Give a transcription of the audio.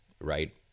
right